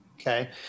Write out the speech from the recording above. Okay